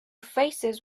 faces